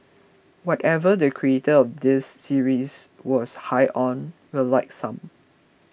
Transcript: whatever the creator of this series was high on we'd like some